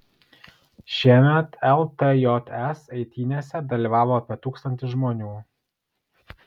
šiemet ltjs eitynėse dalyvavo apie tūkstantis žmonių